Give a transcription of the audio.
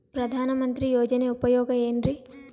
ಪ್ರಧಾನಮಂತ್ರಿ ಯೋಜನೆ ಉಪಯೋಗ ಏನ್ರೀ?